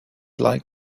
like